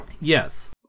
yes